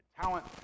talent